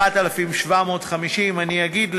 4,750. אני אגיד,